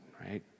right